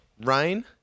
rain